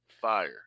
fire